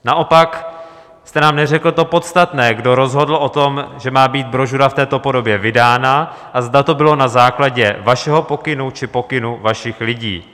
Naopak jste nám neřekl to podstatné: kdo rozhodl o tom, že má být brožura v této podobě vydána, a zda to bylo na základě vašeho pokynu, či pokynu vašich lidí.